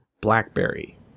blackberry